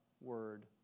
word